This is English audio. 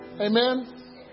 Amen